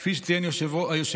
כפי שציין היושב-ראש,